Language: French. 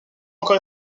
encore